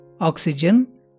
oxygen